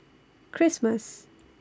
Christmas